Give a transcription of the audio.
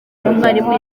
umwarimu